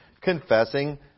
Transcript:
confessing